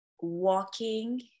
walking